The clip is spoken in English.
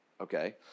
Okay